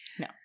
No